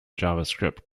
javascript